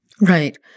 Right